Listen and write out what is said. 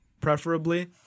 preferably